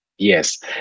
Yes